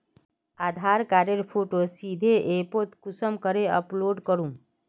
आधार कार्डेर फोटो सीधे ऐपोत कुंसम करे अपलोड करूम?